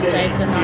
Jason